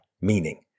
meaning